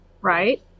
right